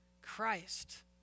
Christ